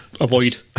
Avoid